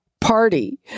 Party